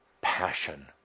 passion